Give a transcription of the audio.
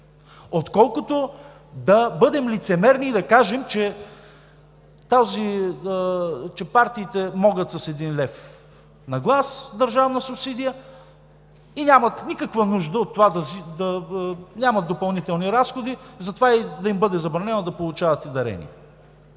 отколкото да бъдем лицемерни и да кажем, че партиите могат с един лев на глас държавна субсидия и нямат никаква нужда от това, нямат допълнителни разходи, затова да им бъде забранено да получават и дарения.